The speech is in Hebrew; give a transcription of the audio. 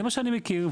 זה מה שאני מכיר.